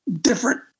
Different